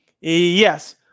Yes